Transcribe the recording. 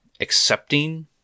accepting